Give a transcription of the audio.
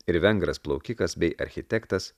ir vengras plaukikas bei architektas